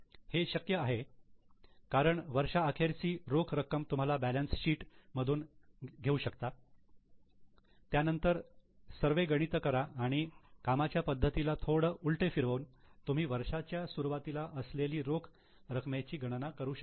हे शक्य आहे कारण वर्षा अखेरची रोख रक्कम तुम्ही बॅलन्स शीट मधून घेऊ शकता त्यानंतर सर्वे गणित करा आणि कामाच्या पद्धतीला थोडं उलटे फिरवून तुम्ही वर्षाच्या सुरवातीला असलेली रोख रकमेची गणना करू शकतात